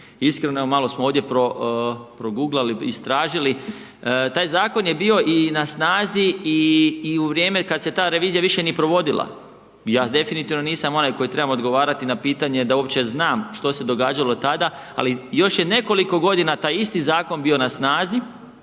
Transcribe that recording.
Iskreno, malo smo ovdje proguglali, istražili, taj zakon je bio i na snazi i u vrijeme kad se ta revizija više nije provodila. Ja definitivno nisam onaj koji trebam odgovarati na pitanje da uopće znam što se događalo tada, ali još je nekoliko godina taj isti zakon bio na snazi,